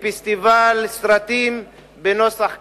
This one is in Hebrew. לפסטיבל סרטים בנוסח קאן.